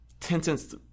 Tencent's